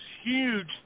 huge